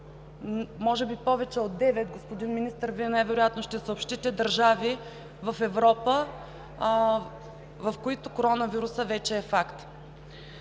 може би повече от девет – господин Министър, най-вероятно Вие ще съобщите – държави в Европа, в които коронавирусът вече е факт.